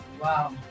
Wow